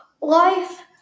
life